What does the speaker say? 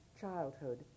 childhood